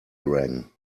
rang